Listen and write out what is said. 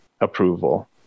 approval